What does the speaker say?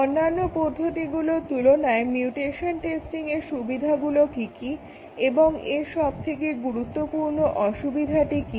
অন্যান্য পদ্ধতির তুলনায় মিউটেশন টেস্টিংয়ের সুবিধাগুলো কি কি এবং এর সবথেকে গুরুত্বপূর্ণ অসুবিধাটা কি